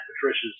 Patricia's